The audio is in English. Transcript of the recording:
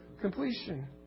completion